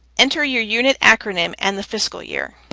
enter your unit acronym and the fiscal year.